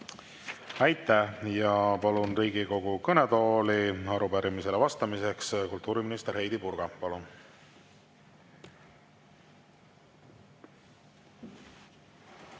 Aitäh! Palun Riigikogu kõnetooli arupärimisele vastamiseks kultuuriminister Heidy Purga.